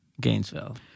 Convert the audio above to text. Gainesville